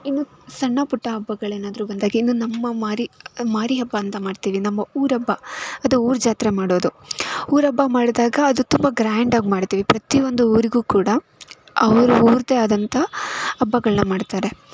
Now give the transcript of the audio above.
ಇನ್ನು ಸಣ್ಣ ಪುಟ್ಟ ಹಬ್ಬಗಳು ಏನಾದ್ರೂ ಬಂದಾಗ ಇನ್ನು ನಮ್ಮ ಮಾರಿ ಮಾರಿ ಹಬ್ಬ ಅಂತ ಮಾಡ್ತೀವಿ ನಮ್ಮ ಊರ ಹಬ್ಬ ಅದು ಊರ ಜಾತ್ರೆ ಮಾಡೋದು ಊರ ಹಬ್ಬ ಮಾಡಿದಾಗ ಅದು ತುಂಬ ಗ್ರ್ಯಾಂಡ್ ಆಗಿ ಮಾಡ್ತೀವಿ ಪ್ರತಿಯೊಂದು ಊರಿಗೂ ಕೂಡ ಅವ್ರ ಊರದ್ದೇ ಆದಂಥ ಹಬ್ಬಗಳ್ನ ಮಾಡ್ತಾರೆ